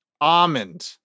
Almond